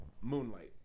moonlight